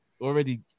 already